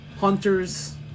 hunters